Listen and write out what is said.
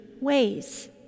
ways